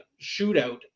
shootout